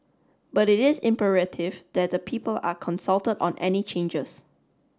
but it is imperative that the people are consulted on any changes